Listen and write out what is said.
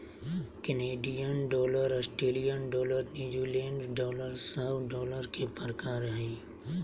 Canadian dollar, Australian dollar, New Zealand dollar सब dollar के प्रकार हय